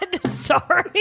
Sorry